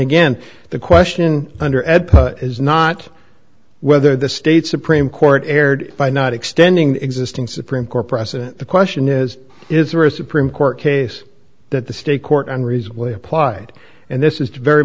again the question under ed is not whether the state supreme court erred by not extending existing supreme court precedent the question is is there a supreme court case that the state court unreasonably applied and this is very